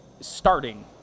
starting